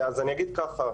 אני אגיד ככה: